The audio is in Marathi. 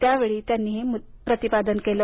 त्या वेळी त्यांनी हे प्रतिपादन केलं